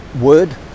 word